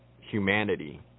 humanity